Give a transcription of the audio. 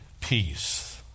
peace